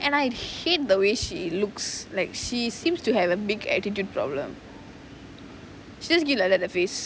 and I hate the way she looks like she seems to have a big attitude problem she just give like that the face